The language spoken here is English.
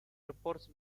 reports